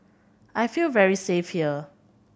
I feel very safe here